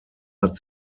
hat